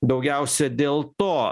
daugiausia dėl to